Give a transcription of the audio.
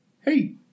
Hey